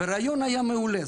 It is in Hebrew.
והרעיון היה מעולה.